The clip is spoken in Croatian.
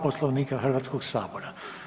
Poslovnika Hrvatskoga sabora.